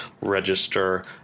register